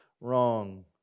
wrong